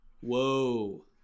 whoa